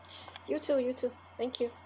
you too you too thank you